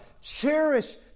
Cherish